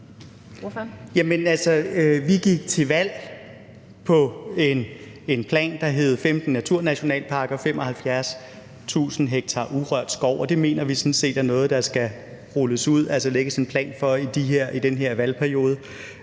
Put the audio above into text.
Vi gik til valg på en plan, der hed 15 naturnationalparker og 75.000 ha urørt skov, og det mener vi sådan set er noget, der skal rulles ud, altså som der skal lægges en plan for, i den her valgperiode.